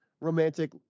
romantic